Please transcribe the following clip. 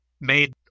made